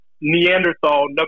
Neanderthal